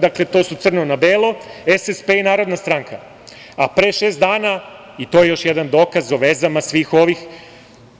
Dakle, to su Crno na belo, SSP i Narodna stranka, a pre šest dana, i to je još jedan dokaz o vezama svih ovih,